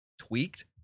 tweaked